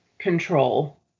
control